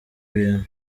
bintu